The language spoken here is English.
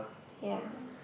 ya